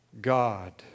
God